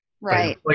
right